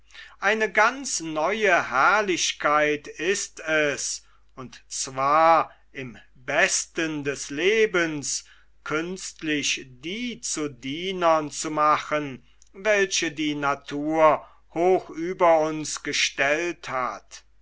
eine ganz neue herrlichkeit ist es und zwar im besten des lebens künstlich die zu dienern zu machen welche die natur hoch über uns gestellt hat